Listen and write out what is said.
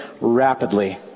rapidly